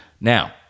Now